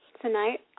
Tonight